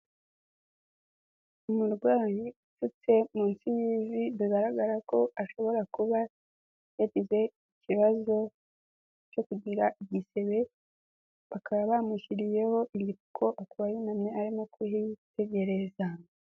Umurwayi upfutse munsi y'ivi bigaragara ko ashobora kuba yagize ikibazo cyo kugira igisebe, bakaba bamushyiriyeho igipfuko, akaba yunamye arimo kuhitegereza.